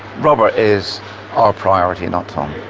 robert is our priority, not tom.